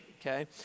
Okay